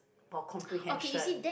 or comprehension